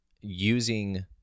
using